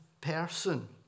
person